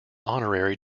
honorary